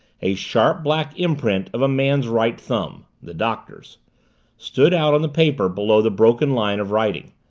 a sharp, black imprint of a man's right thumb the doctor's stood out on the paper below the broken line of writing.